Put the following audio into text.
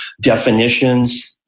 definitions